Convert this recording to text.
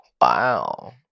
Wow